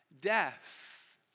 death